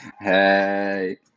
Hey